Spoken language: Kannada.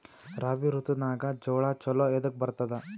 ರಾಬಿ ಋತುನಾಗ್ ಜೋಳ ಚಲೋ ಎದಕ ಬರತದ?